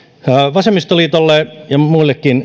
vasemmistoliitolle ja muillekin